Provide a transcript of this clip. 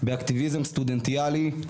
באקטיביזם סטודנטיאלי.